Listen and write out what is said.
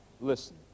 Listen